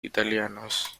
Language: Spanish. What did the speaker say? italianos